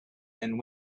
and